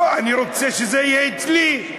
לא, אני רוצה שזה יהיה אצלי.